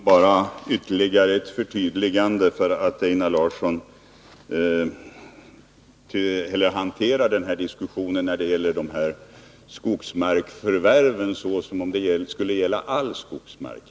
Herr talman! Bara ytterligare ett förtydligande. Einar Larsson hanterar den här diskussionen beträffande dessa skogsmarksförvärv som om det skulle gälla all skogsmark.